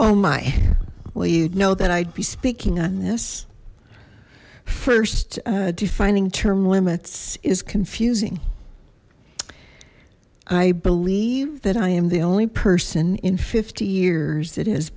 oh my well you'd know that i'd be speaking on this first defining term limits is confusing i believe that i am the only person in fifty years that has